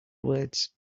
words